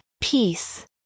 peace